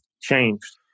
changed